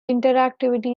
interactivity